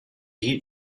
heat